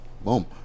boom